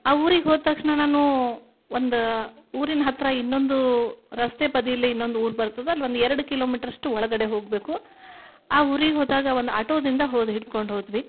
ಆ ಊರಿಗೆ ಹೋದ ತಕ್ಷಣ ನಾನು ಒಂದು ಊರಿನ ಹತ್ತಿರ ಇನ್ನೊಂದು ರಸ್ತೆ ಬದಿಯಲ್ಲಿ ಇನ್ನೊಂದು ಊರು ಬರ್ತದೆ ಅಲ್ಲಿ ಒಂದು ಎರಡು ಕಿಲೋಮೀಟ್ರಷ್ಟು ಒಳಗಡೆ ಹೋಗಬೇಕು ಆ ಊರಿಗೆ ಹೋದಾಗ ಒಂದು ಆಟೋದಿಂದ ಹೋದೆ ಹಿಡ್ಕೊಂಡು ಹೋದ್ವಿ